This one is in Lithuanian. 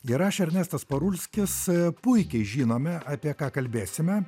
ir aš ernestas parulskis puikiai žinome apie ką kalbėsime